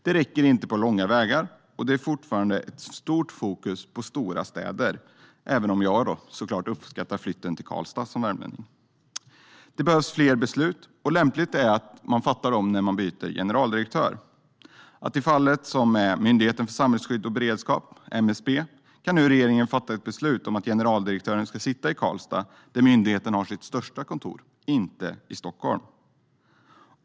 Det räcker inte på långa vägar, och det är fortfarande ett för stort fokus på stora städer - även om jag som värmlänning såklart uppskattar flytten till Karlstad. Det behövs fler beslut, och lämpligt är att fatta dem när man byter generaldirektör. Som i fallet med Myndigheten för samhällsskydd och beredskap, MSB, kan regeringen nu fatta ett beslut om att generaldirektören ska sitta i Karlstad, där myndigheten har sitt största kontor, och inte i Stockholm.